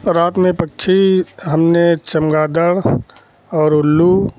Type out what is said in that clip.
रात में पक्षी हमने चमगादड़ और उल्लू